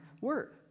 word